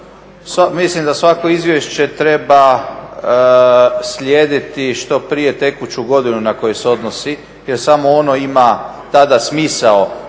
mislim da svako izvješće treba slijediti što prije tekuću godinu na koju se odnosi jer samo ono ima tada smisao,